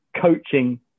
coaching